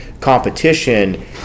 competition